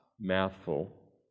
mouthful